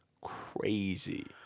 crazy